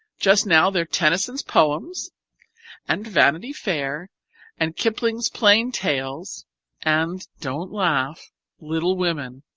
just now, they're tennyson's poems and vanity fair and kipling's plain tales and don't laugh little women.